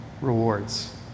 rewards